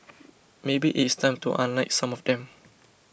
maybe it is time to unlike some of them